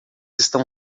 estão